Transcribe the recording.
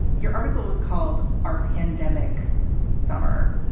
your article is called our pandemic summer.